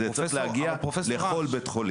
זה צריך להגיע לכל בית חולים.